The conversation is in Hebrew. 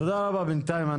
תודה רבה בנתיים.